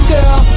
Girl